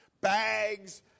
Bags